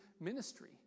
ministry